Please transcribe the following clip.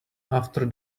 after